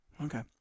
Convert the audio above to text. Okay